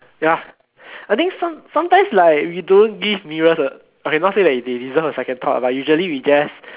ya I think some sometimes like we don't give mirrors a okay not say that they deserve a second thought but usually we just